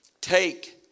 take